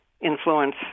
influence